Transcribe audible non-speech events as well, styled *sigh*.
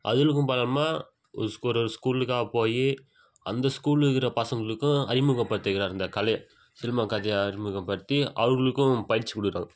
*unintelligible* பார்க்காம ஒரு ஒரு ஸ்கூலுக்கா போய் அந்த ஸ்கூலில் இருக்கிற பசங்களுக்கும் அறிமுகம்படுத்துகிறார் இந்த கலையை சிலம்பக் கலைய அறிமுகப்படுத்தி அவர்களுக்கும் பயிற்சி கொடுக்குறாங்க